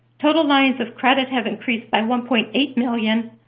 total lines of credit have increased by one point eight million